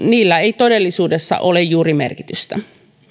niillä ei todellisuudessa ole juuri merkitystä